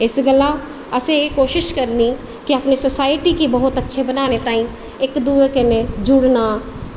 इस गल्ला असें एह् कोशिश करनी की अपनी सोसायटी गी बहोत अच्छा बनाने ताहीं इक्क दूऐ कन्नै जुड़ना